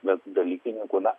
bet dalykininkų na